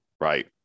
right